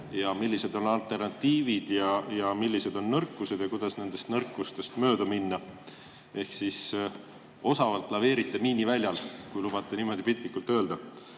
on, millised on alternatiivid ja millised on nõrkused ning kuidas nendest nõrkustest mööda minna. Ehk te osavalt laveerite miiniväljal, kui lubate niimoodi piltlikult öelda. Aga